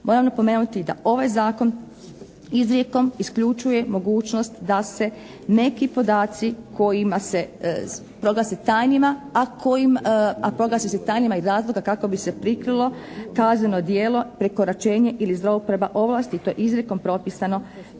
moram napomenuti da ovaj Zakon izrijekom isključuje mogućnost da se neki podaci kojima se proglasi tajnima, a proglasi se tajnima iz razloga kako bi se prikrilo kazneno djelo, prekoračenje ili zlouporaba ovlasti. To je izrijekom propisano